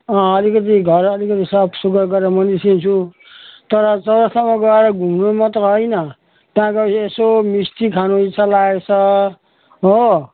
अँ अलिकति घर अलिकति साफ सुग्घर गरेर म निस्किन्छु तर तलसम्म गएर घुम्नु मात्र होइन त्यहाँ गएपछि यसो मिस्टी खानु इच्छा लागेको हो